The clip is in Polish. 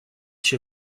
się